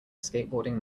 skateboarding